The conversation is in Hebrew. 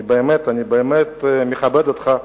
אני באמת מכבד אותך,